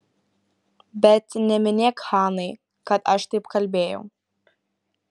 bet neminėk hanai kad aš taip kalbėjau